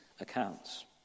accounts